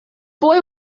boy